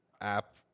app